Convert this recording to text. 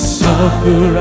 suffer